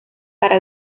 para